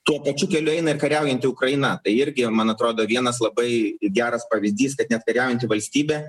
tuo pačiu keliu eina ir kariaujanti ukraina tai irgi man atrodo vienas labai geras pavyzdys kad net kariaujanti valstybė